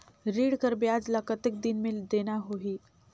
ऋण कर ब्याज ला कतेक दिन मे देना होही?